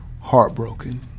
heartbroken